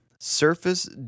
Surface